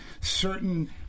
certain